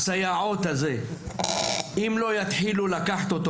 אם לא יתחילו לקחת את כל נושא הסייעות,